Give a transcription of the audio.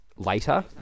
Later